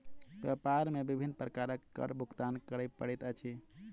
व्यापार मे विभिन्न प्रकारक कर भुगतान करय पड़ैत अछि